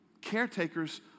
caretakers